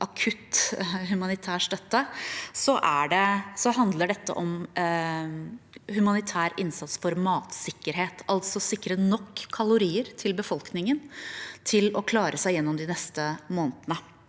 akutt humanitær støtte – handler dette om humanitær innsats for matsikkerhet, altså å sikre nok kalorier til befolkningen til å klare seg gjennom de neste månedene.